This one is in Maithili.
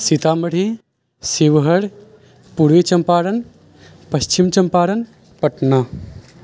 सीतामढ़ी शिवहर पूर्वी चम्पारण पश्चिम चम्पारण पटना